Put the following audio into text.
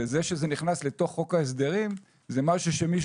וזה שזה נכנס לתוך חוק ההסדרים זה משהו שמישהו